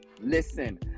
Listen